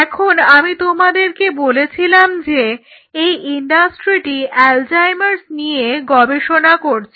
এখন আমি তোমাদেরকে বলেছিলাম যে এই ইন্ডাস্ট্রিটি অ্যালজাইমার্স নিয়ে গবেষণা করছে